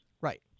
Right